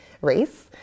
race